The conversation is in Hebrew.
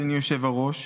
אדוני היושב-ראש,